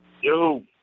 Yo